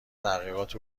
تحقیقات